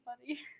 funny